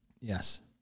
Yes